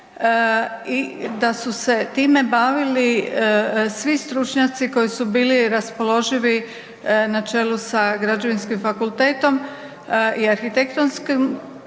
i da su se time bavili svi stručnjaci koji su bili raspoloživi na čelu sa građevinskim fakultetom i arhitektonskim